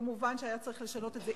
מובן שהיה צריך לשנות את זה,